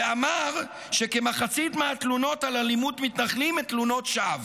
הוא אמר שכמחצית מהתלונות על אלימות מתנחלים הן תלונות שווא.